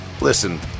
Listen